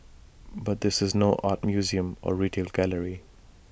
but this is no art museum or retail gallery